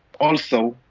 also,